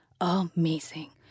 amazing